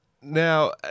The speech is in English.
now